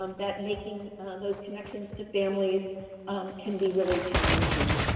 um that making those connections to families can be really challenging.